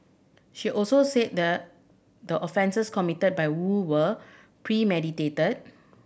she also said the the offences committed by Woo were premeditated